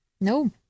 No